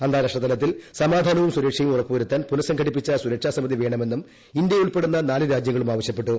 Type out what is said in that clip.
അന്താരാഷ്ട്രതലത്തിൽ സമാധാനവും സുരക്ഷയും ഉറപ്പ് വരുത്താൻ പുനഃസംഘടിപ്പിച്ച സുരക്ഷാ സമിതി വേണമെന്നും ഇന്ത്യുൾപ്പെടുന്ന നാല് രാജ്യങ്ങളും ആവശ്യപ്പെട്ടു